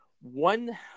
one